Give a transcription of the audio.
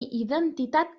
identitat